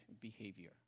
behavior